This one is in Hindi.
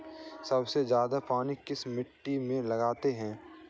सबसे ज्यादा पानी किस मिट्टी में लगता है?